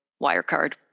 Wirecard